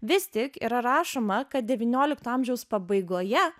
vis tik yra rašoma kad devyniolikto amžiaus pabaigoje